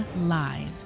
live